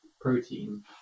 protein